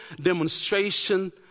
demonstration